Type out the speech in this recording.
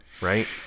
Right